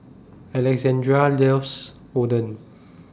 Alexandria loves Oden